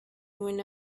when